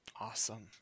Awesome